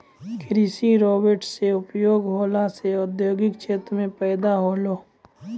कृषि रोवेट से उपयोग होला से औद्योगिक क्षेत्र मे फैदा होलै